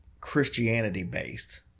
Christianity-based